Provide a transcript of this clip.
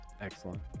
Excellent